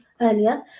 earlier